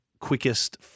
quickest